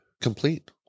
complete